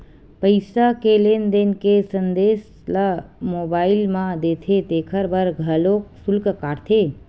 पईसा के लेन देन के संदेस ल मोबईल म देथे तेखर बर घलोक सुल्क काटथे